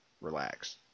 relax